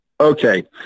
okay